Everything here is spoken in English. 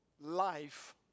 life